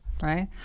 Right